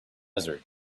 desert